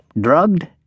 drugged